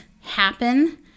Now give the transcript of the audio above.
happen